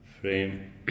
frame